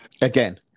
again